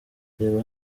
reba